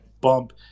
bump